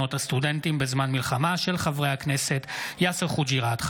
בהצעתם של חברי הכנסת יאסר חוג'יראת,